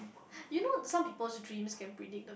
you know some peoples dreams can predict the